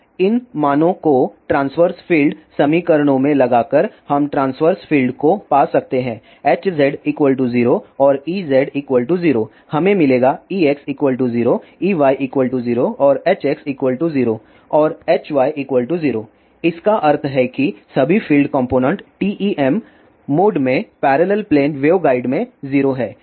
अब इन मानों को ट्रांस्वर्स फील्ड समीकरणों में लगाकर हम ट्रांस्वर्स फील्ड को पा सकते हैं Hz 0 और Ez 0 हमें मिलेगा Ex 0 Ey 0 और Hx 0 और Hy 0 इसका अर्थ है कि सभी फ़ील्ड कॉम्पोनेन्ट TEM मोड में पैरेलल प्लेन वेवगाइड में 0 हैं